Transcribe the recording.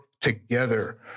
together